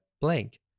blank